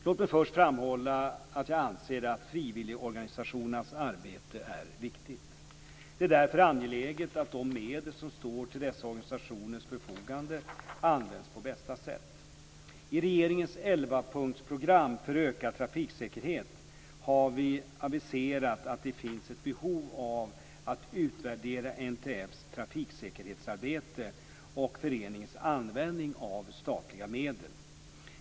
Låt mig först framhålla att jag anser att frivilligorganisationernas arbete är viktigt. Det är därför angeläget att de medel som står till dessa organisationers förfogande används på bästa sätt. I regeringens elvapunktsprogram för ökad trafiksäkerhet har vi aviserat att det finns ett behov av att utvärdera NTF:s trafiksäkerhetsarbete och föreningens användning av statliga medel.